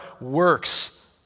works